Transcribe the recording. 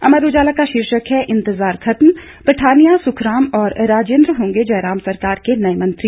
अमर उजाला का शीर्षक है इंतजार खत्म पठानिया सुखराम और राजेंद्र होंगे जयराम सरकार के नए मंत्री